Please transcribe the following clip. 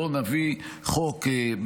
בוא נביא חוק,